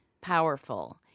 powerful